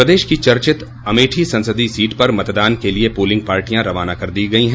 प्रदेश की चर्चित अमेठी संसदीय सीट पर मतदान के लिए पोलिंग पार्टियां रवाना कर दी गई हैं